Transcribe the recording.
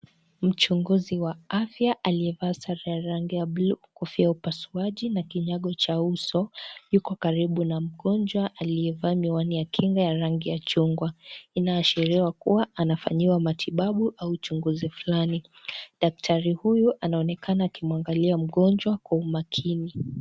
Mchunguzi wa afya, aliyevaa sare ya rangi ya bluu, kofia ya upasuaji, na kinyago cha uso, yuko karibu na mgonjwa aliyevaa miwani ya kinga ya rangi ya chungwa. Inaashiriwa kuwa anafanyiwa matibabu au uchunguzi fulani. Daktari huyu anaonekana akimwangalia mgonjwa kwa umakini.